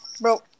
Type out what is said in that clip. Bro